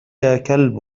كلب